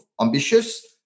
ambitious